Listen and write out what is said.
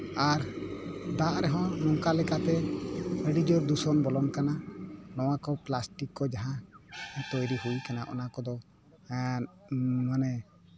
ᱟᱨ ᱫᱟᱜ ᱨᱮᱦᱚᱸ ᱱᱚᱝᱠᱟ ᱞᱮᱠᱟᱛᱮ ᱟᱹᱰᱤ ᱡᱳᱨ ᱫᱩᱥᱚᱱ ᱵᱚᱞᱚᱱ ᱠᱟᱱᱟ ᱱᱚᱣᱟ ᱠᱚ ᱯᱞᱟᱥᱴᱤᱠ ᱠᱚ ᱡᱟᱦᱟᱸ ᱛᱳᱭᱨᱤ ᱦᱩᱭ ᱠᱟᱱᱟ ᱚᱱᱟ ᱠᱚᱫᱚ ᱢᱟᱱᱮ